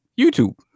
YouTube